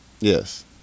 Yes